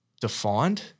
defined